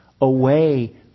away